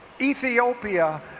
Ethiopia